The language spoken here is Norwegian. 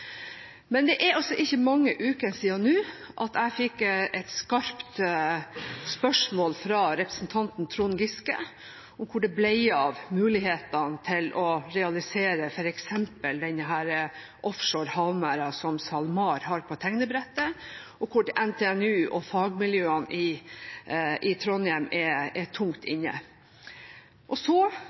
Men det er altså ikke mange uker siden jeg fikk et skarpt spørsmål fra representanten Trond Giske om hvor det ble av mulighetene til å realisere f.eks. denne offshore havmerden som SalMar har på tegnebrettet, og hvor NTNU og fagmiljøene i Trondheim er tungt inne. Så